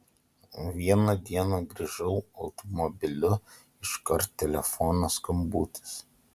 vieną dieną grįžau automobiliu iškart telefono skambutis